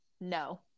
no